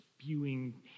spewing